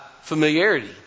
familiarity